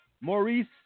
Maurice